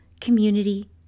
community